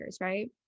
right